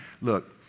Look